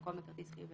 במקום "בכרטיס חיוב"